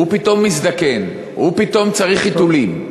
הוא פתאום מזדקן, הוא פתאום צריך חיתולים.